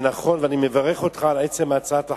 אני מברך אותך על עצם הצעת החוק,